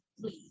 please